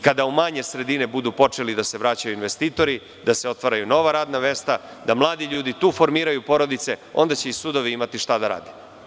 Kada u manje sredine budu počeli da se vraćaju investitori, da se otvaraju nova radna mesta, da mladi ljudi tu formiraju porodice, onda će i sudovi imati šta da rade.